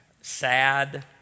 sad